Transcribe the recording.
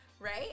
Right